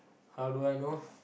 how do I know